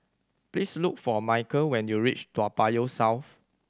please look for Micheal when you reach Toa Payoh South